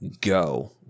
go